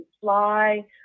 fly